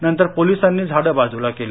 नंतर पोलिसांनी झाडं बाजूला केली